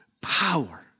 power